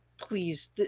please